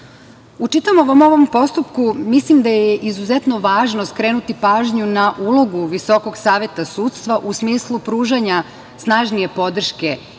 čitavom ovom postupku mislim da je izuzetno važno skrenuti pažnju na ulogu Visokog saveta sudstva u smislu pružanja snažnije podrške i